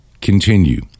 continue